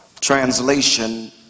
translation